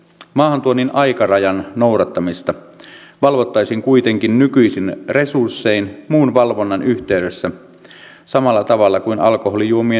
maahantuonnin aikarajan noudattamista valvottaisiin kuitenkin nykyisin resurssein muun valvonnan yhteydessä samalla tavalla kuin alkoholijuomien osalta